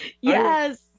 Yes